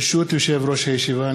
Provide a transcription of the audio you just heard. ברשות יושב-ראש הישיבה,